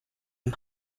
ihm